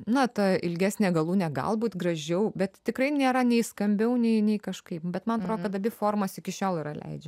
na ta ilgesnė galūnė galbūt gražiau bet tikrai nėra nei skambiau nei kažkaip bet man atrodo kad abi formos iki šiol yra leidžia